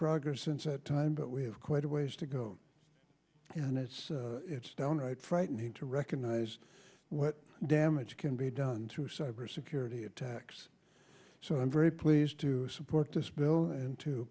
progress since that time but we have quite a ways to go and it's it's downright frightening to recognize what damage can be done through cyber security attacks so i'm very pleased to support this bill and to